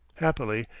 happily,